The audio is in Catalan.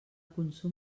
consum